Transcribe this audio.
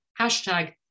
hashtag